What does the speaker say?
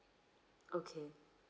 okay